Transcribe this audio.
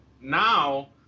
now